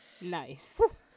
Nice